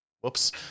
Whoops